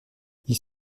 ils